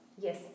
Yes